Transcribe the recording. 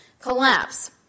collapse